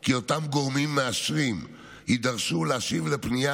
כי אותם גורמים מאשרים יידרשו להשיב לפנייה